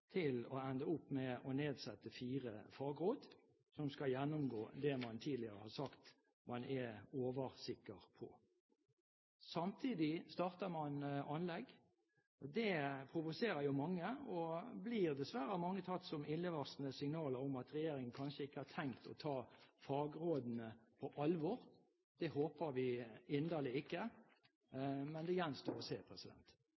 til å ende opp med å nedsette fire fagråd som skal gjennomgå det man tidligere har sagt man er oversikker på. Samtidig starter man anlegg. Det provoserer mange, og blir dessverre av mange tatt som illevarslende signaler om at regjeringen kanskje ikke har tenkt å ta fagrådene på alvor. Det håper vi inderlig ikke,